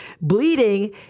bleeding